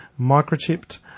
microchipped